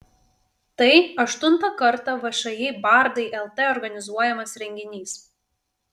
tai aštuntą kartą všį bardai lt organizuojamas renginys